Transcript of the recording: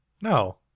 No